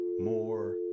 more